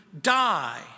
die